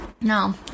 No